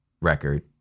record